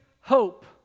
hope